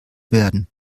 werden